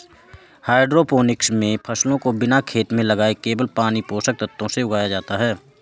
hydroponics मे फसलों को बिना खेत में लगाए केवल पानी और पोषक तत्वों से उगाया जाता है